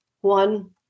One